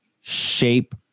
shape